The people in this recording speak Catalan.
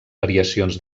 variacions